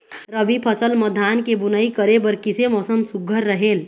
रबी फसल म धान के बुनई करे बर किसे मौसम सुघ्घर रहेल?